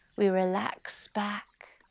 we relax back,